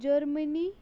Germany